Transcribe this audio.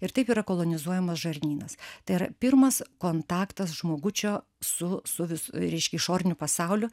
ir taip yra kolonizuojamas žarnynas tai yra pirmas kontaktas žmogučio su suvis reiškia išoriniu pasauliu